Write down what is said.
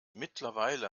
mittlerweile